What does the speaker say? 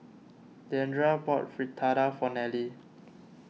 Deandra bought Fritada for Nelie